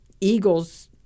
Eagles